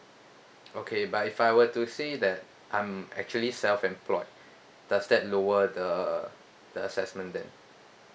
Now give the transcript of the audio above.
okay but if I were to say that I'm actually self employed does that lower the the assessment then